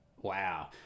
Wow